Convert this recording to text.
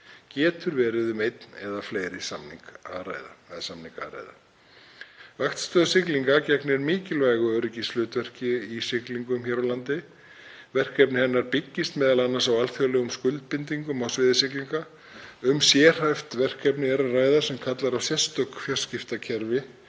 Getur verið um einn eða fleiri samninga að ræða. Vaktstöð siglinga gegnir mikilvægu öryggishlutverki í siglingum hér á landi. Verkefni hennar byggjast meðal annars á alþjóðlegum skuldbindingum á sviði siglinga. Um sérhæft verkefni er að ræða sem kallar á sérstök fjarskiptakerfi